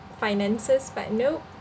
finances but no